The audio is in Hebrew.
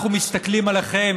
אנחנו מסתכלים עליכם.